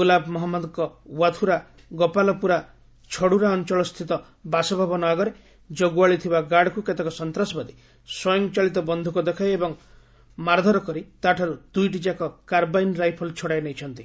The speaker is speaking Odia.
ଗୁଲାବ୍ ମହମ୍ମଦଙ୍କ ୱାଥୁରା ଗୋପାଲପୁରା ଛଡ଼ୁରା ଅଞ୍ଚଳ ସ୍ଥିତ ବାସଭବନ ଆଗରେ ଜଗୁଆଳି ଥିବା ଗାର୍ଡକୁ କେତେକ ସନ୍ତାସବାଦୀ ସ୍ୱୟଂଚାଳିତ ବନ୍ଧୁକ ଦେଖାଇ ଓ ମାରଧର କରି ତାଠାରୁ ଦୁଇଟିଯାକ କାର୍ବାଇନ୍ ରାଇଫଲ୍ ଛଡ଼ାଇ ନେଇଛନ୍ତି